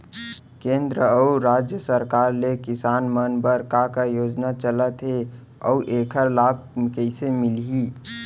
केंद्र अऊ राज्य सरकार ले किसान मन बर का का योजना चलत हे अऊ एखर लाभ कइसे मिलही?